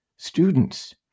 Students